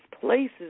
places